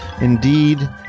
Indeed